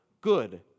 good